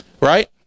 Right